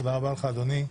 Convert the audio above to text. תודה רבה לך אדוני.